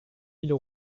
mille